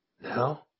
Now